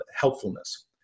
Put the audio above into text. helpfulness